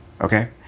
okay